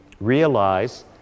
Realize